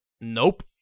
nope